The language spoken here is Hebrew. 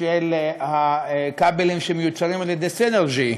של הכבלים שמיוצרים על ידי סינרג'י,